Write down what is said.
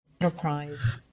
enterprise